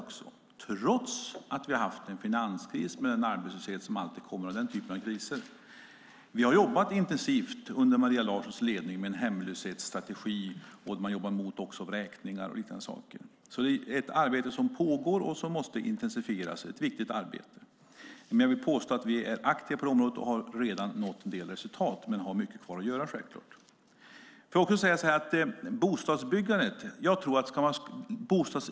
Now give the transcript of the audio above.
Detta har skett trots en finanskris med den arbetslöshet som alltid kommer vid den typen av kriser. Vi har under Maria Larssons ledning jobbat intensivt med en hemlöshetsstrategi och mot vräkningar. Det är ett pågående arbete som måste intensifieras. Det är ett viktigt arbete. Jag påstår att vi är aktiva på området och redan har nått en del resultat, men vi har självklart mycket kvar att göra.